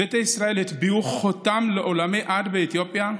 ביתא ישראל הטביעו חותם לעולמי-עד באתיופיה.